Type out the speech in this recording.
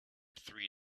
three